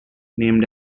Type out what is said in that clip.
named